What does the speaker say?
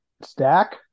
Stack